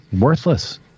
worthless